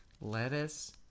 lettuce